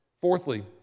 Fourthly